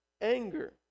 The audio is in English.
anger